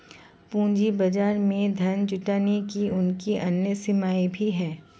पूंजी बाजार में धन जुटाने की उनकी अन्य सीमाएँ भी हैं